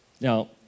Now